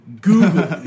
Google